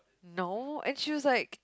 no and she was like